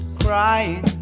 crying